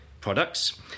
products